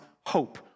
hope